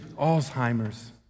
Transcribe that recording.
Alzheimer's